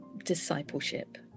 discipleship